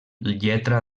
lletra